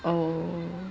oh